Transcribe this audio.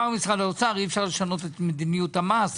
האוצר, אי אפשר לשנות את מדיניות המס.